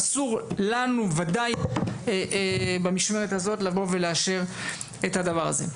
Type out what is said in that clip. ואסור לנו בוודאי במשמרת הזאת לבוא ולאשר את הדבר הזה.